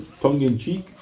tongue-in-cheek